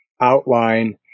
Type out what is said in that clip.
outline